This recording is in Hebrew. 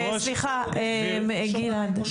גלעד: